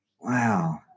wow